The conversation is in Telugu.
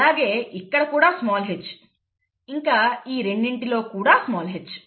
అలాగే ఇక్కడ కూడా స్మాల్ h ఇంకా ఈ రెండింటిలో కూడా స్మాల్ h